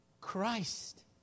Christ